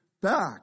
back